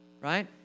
Right